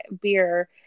beer